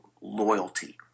loyalty